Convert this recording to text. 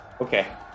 okay